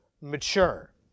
mature